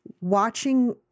watching